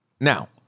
Now